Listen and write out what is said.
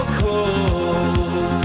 cold